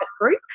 group